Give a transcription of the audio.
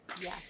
Yes